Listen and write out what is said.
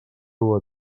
dur